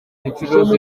ducuruza